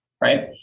Right